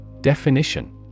Definition